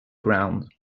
ground